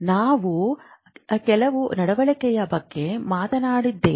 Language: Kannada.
ನಾವು ಕೆಲವು ನಡವಳಿಕೆಯ ಬಗ್ಗೆ ಮಾತನಾಡುತ್ತಿದ್ದೇವೆ